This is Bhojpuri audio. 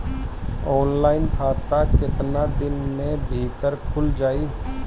ऑनलाइन खाता केतना दिन के भीतर ख़ुल जाई?